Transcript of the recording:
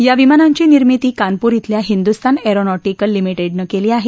या विमानांची निर्मिती कानपूर शिल्या हिंदुस्तान एरोनॉशिकल लिमी क्विनं केली आहे